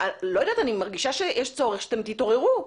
אני מרגישה שיש צורך שאתם תתעוררו.